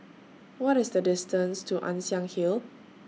What IS The distance to Ann Siang Hill